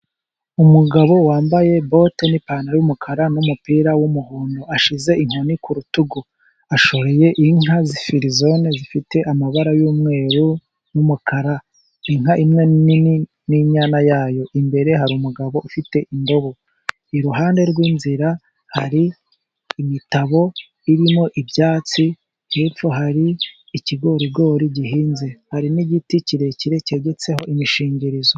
Umugabo wambaye bote n'ipantaro y'umukara n'umupira w'umuhondo, ashize inkoni ku rutugu ashoreye inka zifirizone zifite amabara y'umweru n'umukara. Inka imwe nini n'inyana yayo, imbere hari umugabo ufite indobo iruhande rw'inzira hari imitabo irimo ibyatsi. Hepfo hari ikigorigori gihinze hari n'igiti kirekire cyegetseho imishingirizo.